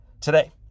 Today